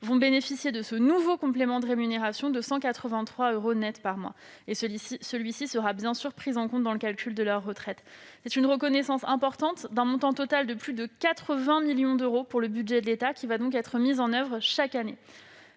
bénéficieront de ce nouveau complément de rémunération de 183 euros nets par mois. Celui-ci sera évidemment pris en compte dans le calcul de la retraite. C'est une reconnaissance importante, d'un montant total de plus de 80 millions d'euros pour le budget de l'État, qui sera donc mise en oeuvre chaque année.